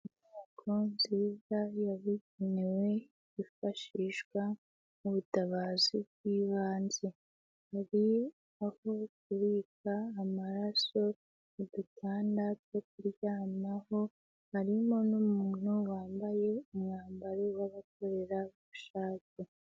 Inyubako nziza yabugenewe yifashishwa mu butabazi bwibanze. Hari aho kubika amaraso igitanda cyo kuryamaho, harimo n'umuntu wambaye umwambaro w'abakorerabushake.